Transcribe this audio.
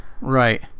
Right